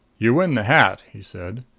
you win the hat, he said,